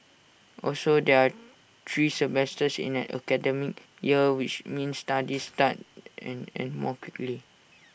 also there're three semesters in an academic year which means studies start and end more quickly